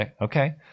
Okay